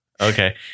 Okay